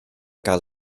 gael